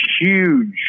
huge